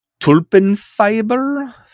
Tulpenfiber